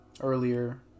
earlier